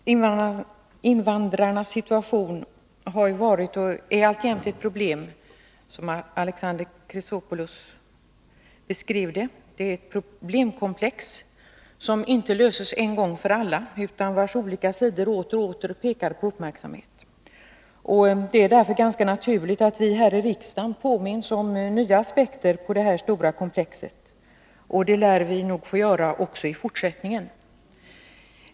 Fru talman! Invandrarnas situation har varit och är alltjämt, som Alexander Chrisopoulos beskrev, ett problemkomplex som inte löses en gång för alla; dess olika sidor pockar åter och åter på uppmärksamhet. Det är därför naturligt att vi här i riksdagen får nya aspekter på detta stora komplex påvisade för oss, och det lär vi få också i fortsättningen.